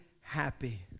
happy